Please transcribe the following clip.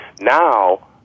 Now